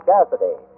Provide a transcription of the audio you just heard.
Cassidy